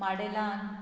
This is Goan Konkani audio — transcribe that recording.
माडेलान